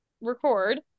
record